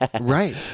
right